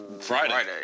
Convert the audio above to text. Friday